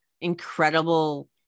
incredible